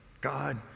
God